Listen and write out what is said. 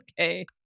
okay